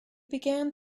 began